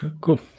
Cool